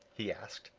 he asked.